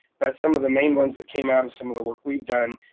but some of the main ones that came out in some of the work we've done,